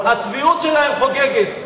הצביעות שלהם חוגגת.